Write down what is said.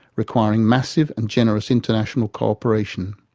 requiring massive and generous international cooperation.